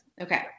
Okay